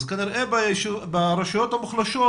אז כנראה ברשויות המוחלשות